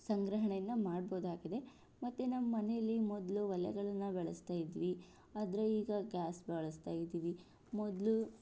ಸಂಗ್ರಹಣೆಯನ್ನು ಮಾಡಬಹುದಾಗಿದೆ ಮತ್ತು ನಾವು ಮನೆಯಲ್ಲಿ ಮೊದಲು ಒಲೆಗಳನ್ನು ಬಳಸ್ತಾ ಇದ್ವಿ ಆದರೆ ಈಗ ಗ್ಯಾಸ್ ಬಳಸ್ತಾ ಇದ್ದೀವಿ ಮೊದಲು